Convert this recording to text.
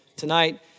Tonight